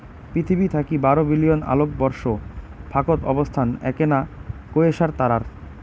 পিথীবি থাকি বারো বিলিয়ন আলোকবর্ষ ফাকত অবস্থান এ্যাকনা কোয়েসার তারার